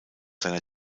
seiner